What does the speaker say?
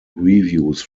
reviews